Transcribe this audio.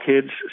kids